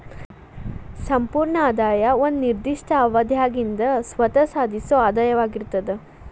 ಸಂಪೂರ್ಣ ಆದಾಯ ಒಂದ ನಿರ್ದಿಷ್ಟ ಅವಧ್ಯಾಗಿಂದ್ ಸ್ವತ್ತ ಸಾಧಿಸೊ ಆದಾಯವಾಗಿರ್ತದ